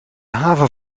haven